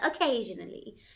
occasionally